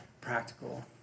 practical